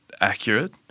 accurate